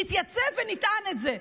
נתייצב ונטען את זה.